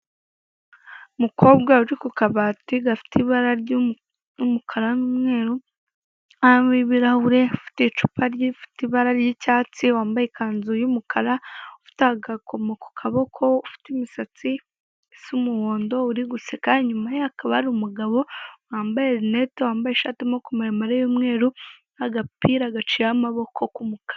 Umukobwa urikukabati gafite ibara ry'umukara n'umweru hariho ibirahure, ufite icupa rifite ibara ry'icyatsi wambaye ikanzu y'umukara, ufite agakomo kukuboko, ufite imisatsi isa umuhondo, uriguseka, inyuma ye hakaba hari umugabo wambaye rinete wambaye ishati y'amaboko mare mare y'umweru n'agapira gaciye amaboko k'umukara.